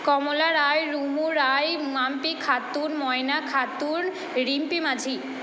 Kamala Roy Rumu Roy Mampi Khatun Moyna Khatun Rimpi Majhi